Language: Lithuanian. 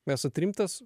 esat rimtas